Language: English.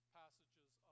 passages